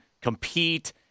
compete